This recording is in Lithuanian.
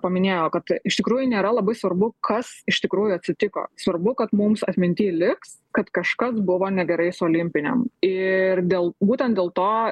paminėjo kad iš tikrųjų nėra labai svarbu kas iš tikrųjų atsitiko svarbu kad mums atminty liks kad kažkas buvo negerai su olimpinėm ir dėl būtent dėl to